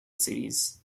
series